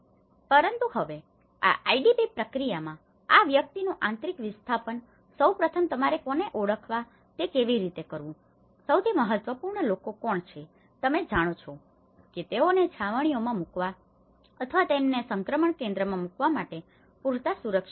પરંતુ હવે આ આઈડીપી પ્રક્રિયામાં આ વ્યક્તિઓનું આંતરિક વિસ્થાપન સૌ પ્રથમ તમારે કોને ઓળખવા તે કેવી રીતે કરવું સૌથી મહત્વપૂર્ણ લોકો કોણ છે તમે જાણો છો કે તેઓને છાવણીઓમાં મૂકવા અથવા તેમને સંક્રમણ કેન્દ્રમાં મૂકવા માટે પૂરતા સુરક્ષિત છે